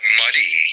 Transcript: muddy